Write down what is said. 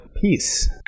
Peace